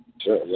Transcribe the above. Sure